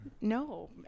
No